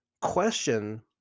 question